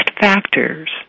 factors